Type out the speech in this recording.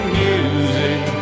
music